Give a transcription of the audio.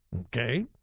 Okay